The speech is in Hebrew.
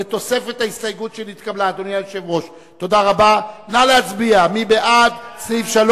ההסתייגות של חברי הכנסת אילן גילאון ורוברט אילטוב לסעיף 3